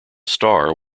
star